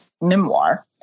memoir